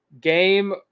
game